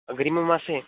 अग्रिममासे